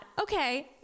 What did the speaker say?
Okay